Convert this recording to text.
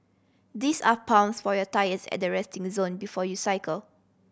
this are pumps for your tyres at the resting zone before you cycle